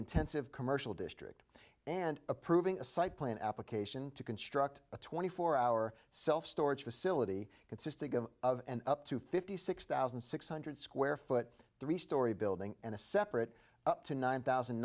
intensive commercial district and approving a site plan application to construct a twenty four hour self storage facility consisting of of up to fifty six thousand six hundred square foot three story building and a separate up to nine thousand